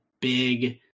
big